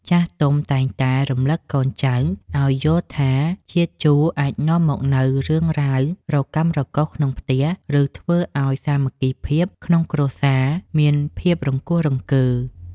ចាស់ទុំតែងតែរំលឹកកូនចៅឱ្យយល់ថាជាតិជូរអាចនាំមកនូវរឿងរ៉ាវរកាំរកូសក្នុងផ្ទះ ឬ ធ្វើឱ្យសាមគ្គីភាពក្នុងគ្រួសារមានភាពរង្គោះរង្គើ។